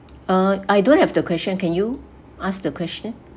uh I don't have the question can you ask the question